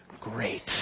Great